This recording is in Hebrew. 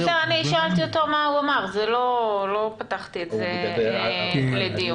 שאלתי אותו מה הוא אמר, לא פתחתי את זה לדיון.